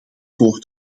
voor